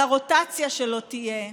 על הרוטציה שלא תהיה,